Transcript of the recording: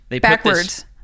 Backwards